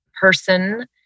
person